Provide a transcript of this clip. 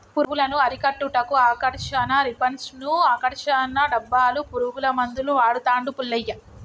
పురుగులను అరికట్టుటకు ఆకర్షణ రిబ్బన్డ్స్ను, ఆకర్షణ డబ్బాలు, పురుగుల మందులు వాడుతాండు పుల్లయ్య